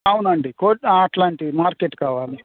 అవునండి అట్లాంటి మార్కెట్ కావాలి